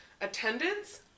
attendance